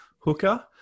hooker